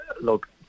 look